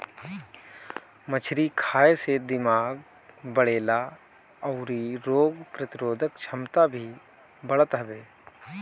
मछरी खाए से दिमाग बढ़ेला अउरी रोग प्रतिरोधक छमता भी बढ़त हवे